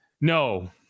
no